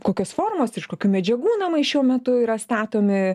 kokios formos iš kokių medžiagų namai šiuo metu yra statomi